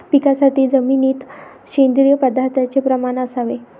पिकासाठी जमिनीत सेंद्रिय पदार्थाचे प्रमाण असावे